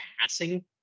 passing